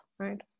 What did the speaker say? right